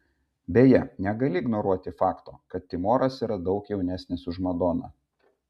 beje negali ignoruoti fakto kad timoras yra daug jaunesnis už madoną